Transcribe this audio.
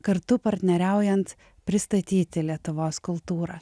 kartu partneriaujant pristatyti lietuvos kultūrą